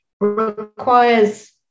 requires